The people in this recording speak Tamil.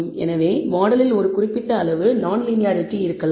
எனவே மாடலில் ஒரு குறிப்பிட்ட அளவு நான்லீனியாரிட்டி இருக்கலாம்